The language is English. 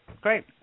great